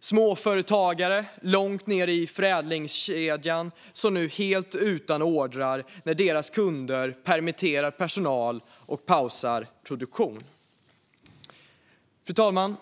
Småföretagare långt ned i förädlingskedjan står nu helt utan order när deras kunder permitterar personal och pausar produktion. Fru talman!